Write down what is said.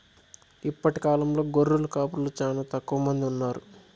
ఇప్పటి కాలంలో గొర్రెల కాపరులు చానా తక్కువ మంది ఉన్నారు